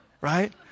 right